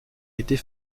était